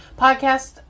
podcast